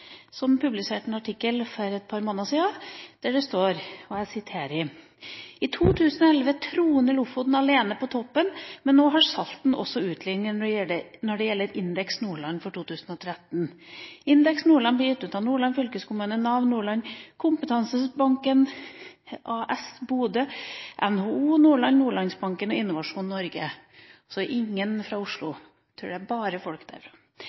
som publiserte en artikkel for et par måneder siden, der det står: «I 2011 tronet Lofoten alene på toppen, men nå har Salten utlignet, går det fram av Indeks Nordland for 2013. Indeks Nordland blir gitt ut av Nordland fylkeskommune, NAV Nordland, Kunnskapsparken AS Bodø, NHO Nordland, Nordlandsbanken ASA og Innovasjon Norge.» – Det er ingen fra Oslo, jeg tror det bare er folk